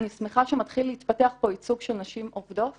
אני שמחה שמתחיל להתפתח פה ייצוג של נשים עובדות